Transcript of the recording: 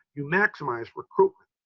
you maximize recruitment.